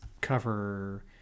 cover